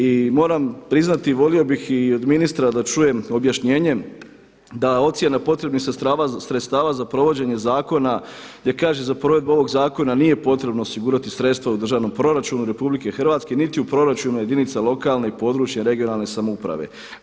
I moram priznati i volio bih i od ministra da čujem objašnjenje da je ocjena potrebnih sredstava za provođenje zakona gdje kaže za provedbu ovog zakona nije potrebno osigurati sredstva u državnom proračunu RH niti u proračunu jedinica lokalne i područne regionalne samouprave.